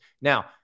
Now